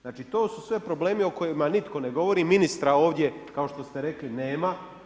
Znači, to su sve problemi o kojima nitko ne govori, ministra ovdje kao što ste rekli nema.